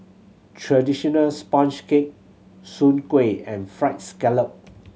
traditional sponge cake Soon Kueh and Fried Scallop